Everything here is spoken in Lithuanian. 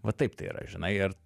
va taip tai yra žinai ir